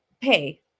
pay